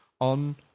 on